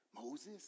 Moses